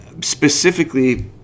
specifically